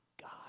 God